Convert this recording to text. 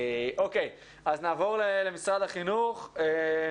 אז נעבור למשרד החינוך,